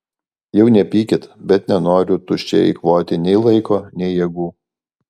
jau nepykit bet nenoriu tuščiai eikvoti nei laiko nei jėgų